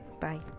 Bye